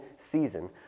season